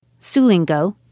Sulingo